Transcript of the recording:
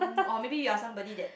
oh maybe you are somebody that